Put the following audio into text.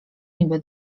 niby